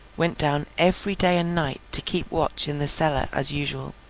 went down every day and night to keep watch in the cellar as usual.